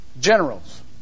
generals